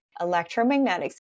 electromagnetics